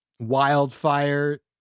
Wildfire